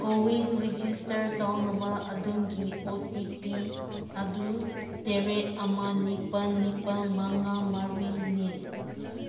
CoWIN register ꯇꯧꯅꯕ ꯑꯗꯣꯝꯒꯤ O T P ꯑꯗꯨ ꯇꯔꯦꯠ ꯑꯃ ꯅꯤꯄꯥꯜ ꯅꯤꯄꯥꯜ ꯃꯉꯥ ꯃꯔꯤꯅꯤ